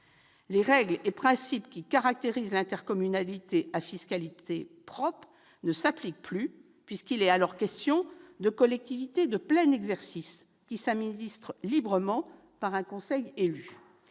Les règles et principes qui caractérisent l'intercommunalité à fiscalité propre ne s'appliquent plus, puisqu'il est alors question de collectivités de plein exercice, qui s'administrent librement, par un conseil élu.